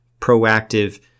proactive